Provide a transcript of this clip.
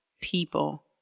people